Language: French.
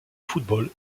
football